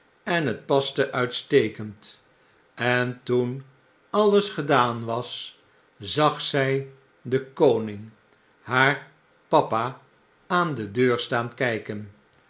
en het paste uitstekend en toen alles gedaan was zag zy den koning haar papa aan de deur staan kyken